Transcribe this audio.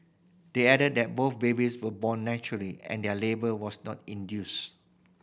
they added that both babies were born naturally and their labour was not induced